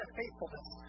faithfulness